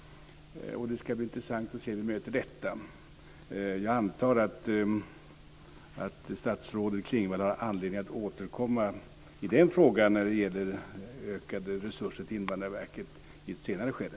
Det ska bli intressant att se hur vi möter detta. Jag antar att statsrådet Klingvall har anledning att återkomma i frågan om ökade resurser till Invandrarverket i ett senare skede.